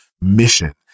mission